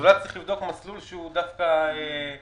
אולי צריך לבדוק מסלול שהוא דווקא כלכלי,